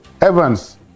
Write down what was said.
Evans